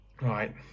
Right